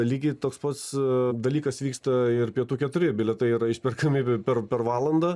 lygiai toks pats dalykas vyksta ir pietų keturi bilietai yra išperkami per per valandą